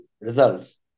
results